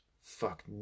fuck